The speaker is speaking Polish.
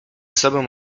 sobą